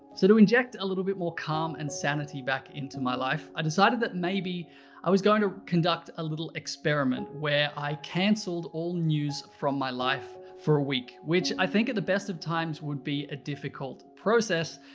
so to inject a little bit more calm and sanity back into my life, i decided that maybe i was going to conduct a little experiment where i canceled all news from my life for a week, which i think at the best of times, would be a difficult process,